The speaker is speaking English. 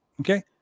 Okay